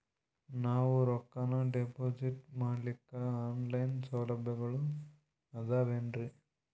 ನಾವು ರೊಕ್ಕನಾ ಡಿಪಾಜಿಟ್ ಮಾಡ್ಲಿಕ್ಕ ಆನ್ ಲೈನ್ ಸೌಲಭ್ಯಗಳು ಆದಾವೇನ್ರಿ?